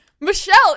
Michelle